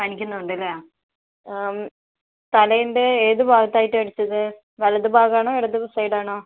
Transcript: പനിക്കുന്നുണ്ടല്ലാ ആം തലയിൻ്റെ ഏത് ഭാഗത്തായിട്ടാ അടിച്ചത് വലത് ഭാഗാണോ ഇടത് സൈഡാണോ